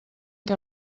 que